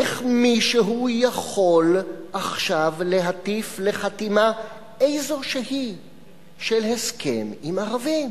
איך מישהו יכול עכשיו להטיף לחתימה כלשהי של הסכם עם ערבים,